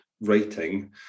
writing